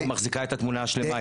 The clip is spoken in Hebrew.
מחזיקה את התמונה השלמה,